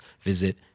visit